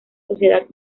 sociedad